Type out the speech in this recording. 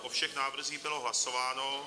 O všech návrzích bylo hlasováno.